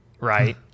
right